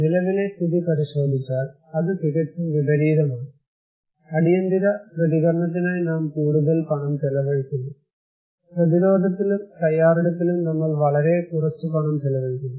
നിലവിലെ സ്ഥിതി പരിശോധിച്ചാൽ അത് തികച്ചും വിപരീതമാണ് അടിയന്തിര പ്രതികരണത്തിനായി നാം കൂടുതൽ പണം ചെലവഴിക്കുന്നു പ്രതിരോധത്തിലും തയ്യാറെടുപ്പിലും നമ്മൾ വളരെ കുറച്ച് പണം ചെലവഴിക്കുന്നു